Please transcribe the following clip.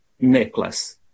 necklace